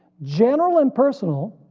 general and personal,